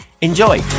Enjoy